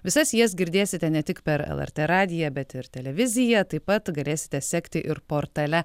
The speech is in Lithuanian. visas jas girdėsite ne tik per lrt radiją bet ir televiziją taip pat galėsite sekti ir portale